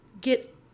get